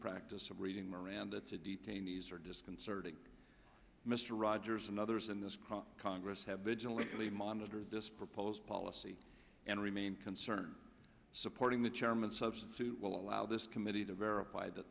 practice of reading miranda to detainees are disconcerting mr rogers and others in this congress have been gently monitor this proposed policy and remain concerned supporting the chairman substitute will allow this committee to verify that